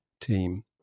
team